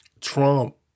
Trump